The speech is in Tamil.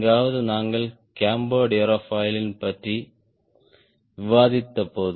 எங்காவது நாங்கள் கேம்பர்டு ஏரோஃபாயில் பற்றி விவாதித்தபோது